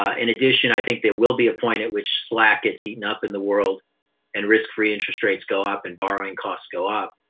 ah in addition, i think there will be a point at which slack gets eaten up in the world and risk-free interest rates go up and borrowing costs go up.